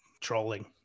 trolling